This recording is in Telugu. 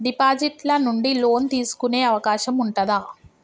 డిపాజిట్ ల నుండి లోన్ తీసుకునే అవకాశం ఉంటదా?